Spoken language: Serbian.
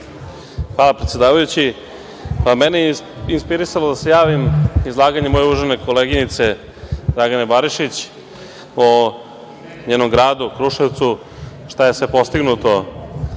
Hvala predsedavajući. Mene je inspirisalo da se javim, izlaganje moje uvažene koleginice, Dragan Barišić o njenom gradu, o Kruševcu, šta je sve postignuto